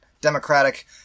democratic